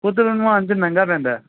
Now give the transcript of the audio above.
ਖੁਦ ਬਣਵਾਉਣ 'ਚ ਮਹਿੰਗਾ ਪੈਂਦਾ ਹੈ